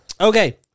Okay